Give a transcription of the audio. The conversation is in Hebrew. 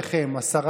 מה יש לכם להסתיר?